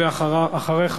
ואחריך,